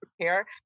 prepare